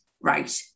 right